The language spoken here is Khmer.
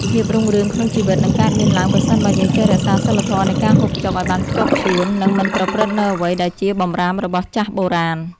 ភាពរុងរឿងក្នុងជីវិតនឹងកើតមានឡើងប្រសិនបើយើងចេះរក្សាសីលធម៌នៃការហូបចុកឱ្យបានខ្ជាប់ខ្ជួន និង មិនប្រព្រឹត្តនូវអ្វីដែលជាបម្រាមរបស់ចាស់បុរាណ។